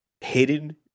hidden